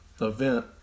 event